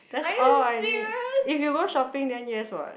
that's all I need if you go shopping then yes what